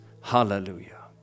Hallelujah